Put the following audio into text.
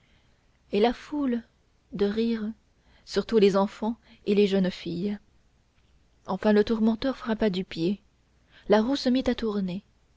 et la foule de rire surtout les enfants et les jeunes filles enfin le tourmenteur frappa du pied la roue se mit à tourner